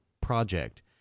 project